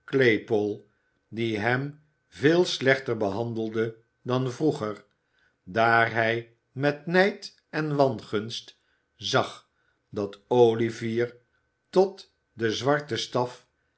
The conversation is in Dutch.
die hem veel slechter behandelde dan vroeger daar hij met nijd en wangunst zag dat olivier tot den zwarten staf